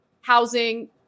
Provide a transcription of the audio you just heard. housing